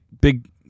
big